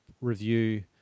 review